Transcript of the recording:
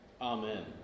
Amen